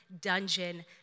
dungeon